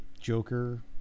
Joker